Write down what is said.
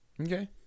Okay